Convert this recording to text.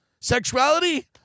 sexuality